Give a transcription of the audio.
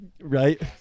Right